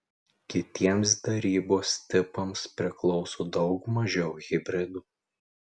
kitiems darybos tipams priklauso daug mažiau hibridų